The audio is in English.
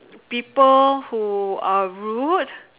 people who are rude